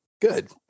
Good